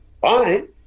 fine